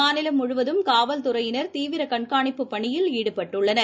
மாநிலம் முழுவதும் காவல்துறையினர் தீவிரகண்காணிப்புப் பணியில் ஈடுபட்டுள்ளனர்